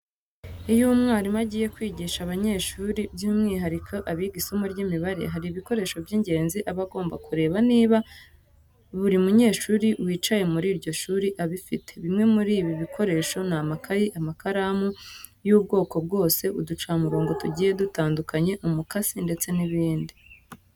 Iyo umwarimu agiye kwigisha abanyeshuri by'umwihariko abiga isomo ry'imibare, hari ibikoresho by'ingenzi aba agomba kureba niba buri munyeshuri wicaye muri iryo shuri abifite. Bimwe muri ibi bikoresho ni amakayi, amakaramu y'ubwoko bwose, uducamurongo tugiye tunyuranye, umukasi ndetse n'ibindi.